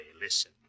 listen